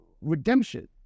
redemption